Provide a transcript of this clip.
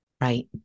Right